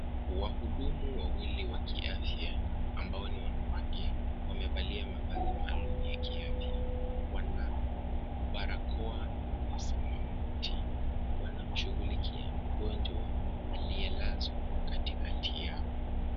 Wahudumu wawili wa kiafya ambao ni wanawake, wamevalia mavazi maalum ya kiafya. Wana barakoa ya samawati. Wanamshughulikia mgonjwa aliyelazwa katikati yao.